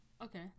Okay